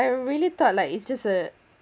I really thought like it's just a